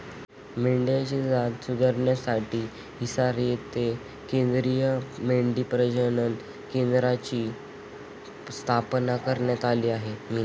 मेंढ्यांची जात सुधारण्यासाठी हिसार येथे केंद्रीय मेंढी प्रजनन केंद्राची स्थापना करण्यात आली आहे